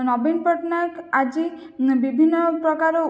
ନବୀନ ପଟ୍ଟନାୟକ ଆଜି ବିଭିନ୍ନ ପ୍ରକାର